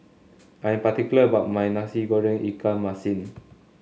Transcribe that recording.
I'm particular about my Nasi Goreng Ikan Masin